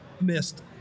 missed